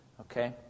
Okay